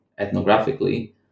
ethnographically